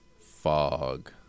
fog